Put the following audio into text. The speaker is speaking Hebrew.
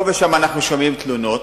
פה ושם אנחנו שומעים תלונות.